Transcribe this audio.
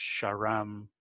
Sharam